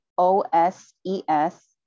O-S-E-S